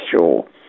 sure